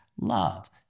Love